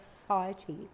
society